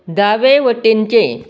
दावे वटेनचें